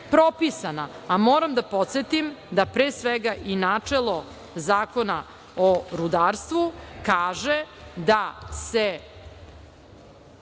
A moram da podsetim da, pre svega, i načelo Zakona o rudarstvu kaže da se